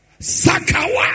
Sakawa